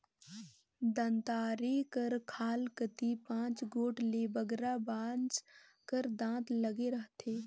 दँतारी कर खाल कती पाँच गोट ले बगरा बाँस कर दाँत लगे रहथे